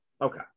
Okay